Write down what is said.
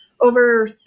over